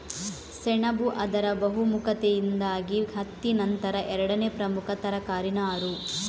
ಸೆಣಬು ಅದರ ಬಹುಮುಖತೆಯಿಂದಾಗಿ ಹತ್ತಿ ನಂತರ ಎರಡನೇ ಪ್ರಮುಖ ತರಕಾರಿ ನಾರು